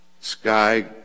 sky